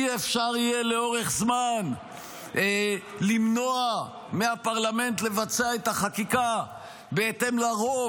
אי-אפשר יהיה לאורך זמן למנוע מהפרלמנט לבצע את החקיקה בהתאם לרוב